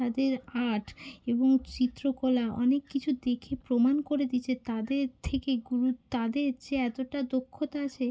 তাদের আর্ট এবং চিত্রকলা অনেক কিছু দেখে প্রমাণ করে দিয়েছে তাদের থেকে গুরু তাদের যে এতটা দক্ষতা আছে